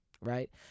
Right